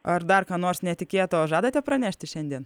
ar dar ką nors netikėto žadate pranešti šiandien